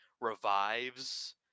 revives